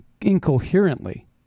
incoherently